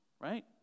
right